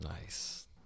Nice